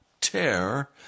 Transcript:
tear